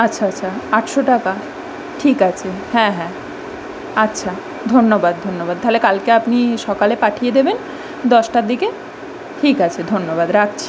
আচ্ছা আচ্ছা আটশো টাকা ঠিক আছে হ্যাঁ হ্যাঁ আচ্ছা ধন্যবাদ ধন্যবাদ তাহলে কালকে আপনি সকালে পাঠিয়ে দেবেন দশটার দিকে ঠিক আছে ধন্যবাদ রাখছি